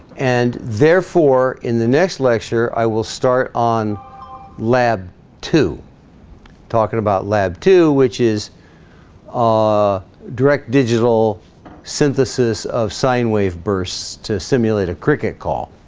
and therefore in the next lecture i will start on lab two talking about lab two which is a direct digital synthesis of sine wave bursts to simulate a cricket call